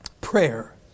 Prayer